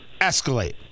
escalate